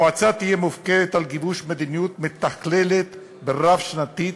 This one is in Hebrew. המועצה תהיה מופקדת על גיבוש מדיניות מתכללת רב-שנתית,